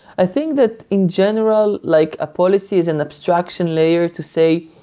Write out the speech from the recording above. i think that in general, like a policy is an abstraction layer to say,